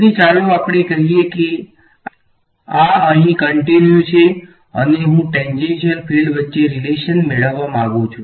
તેથી ચાલો આપણે કહીએ કે આ અહીં કંટીન્યુ છે અને હું ટેંજેંશીયલ ફીલ્ડ વચ્ચે રીલેશન મેળવવા માંગુ છું